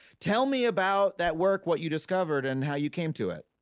tell me about that work, what you discovered and how you came to it.